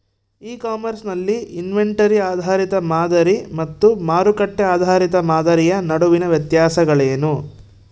E commerce ನಲ್ಲಿ inventory ಆಧಾರಿತ ಮಾದರಿ ಮತ್ತು ಮಾರುಕಟ್ಟೆ ಆಧಾರಿತ ಮಾದರಿಯ ನಡುವಿನ ವ್ಯತ್ಯಾಸಗಳೇನು?